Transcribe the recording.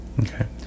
Okay